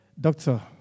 doctor